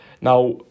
Now